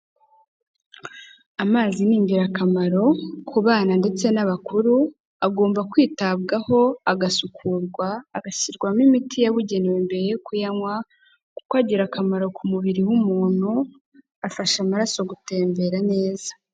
Amazi ni ingirakamaro ku bana ndetse n'abakuru, agomba kwitabwaho agasukurwa agashyirwamo imiti yabugenewe mbere yo kuyanywa kuko agira akamaro ku mubiri w'umuntu, afasha amaraso gutembera neza.